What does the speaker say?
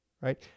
right